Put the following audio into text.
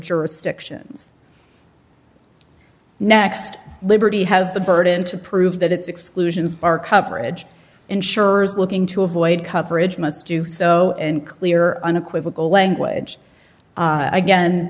jurisdictions next liberty has the burden to prove that its exclusions bar coverage insurers looking to avoid coverage must do so and clear unequivocal language again